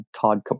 Todd